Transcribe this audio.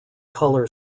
colour